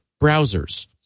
browsers